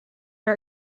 are